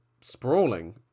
sprawling